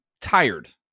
tired